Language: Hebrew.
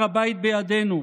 הר הבית בידינו,